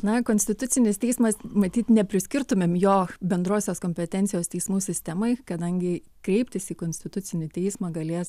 na konstitucinis teismas matyt nepriskirtumėm jo bendrosios kompetencijos teismų sistemai kadangi kreiptis į konstitucinį teismą galės